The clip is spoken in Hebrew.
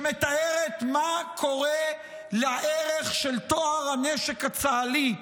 שמתארת מה קורה לערך של טוהר הנשק הצה"לי,